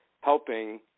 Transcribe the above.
helping